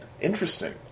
Interesting